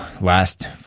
last